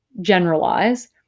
generalize